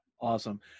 Awesome